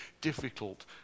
difficult